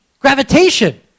gravitation